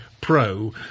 pro